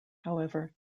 however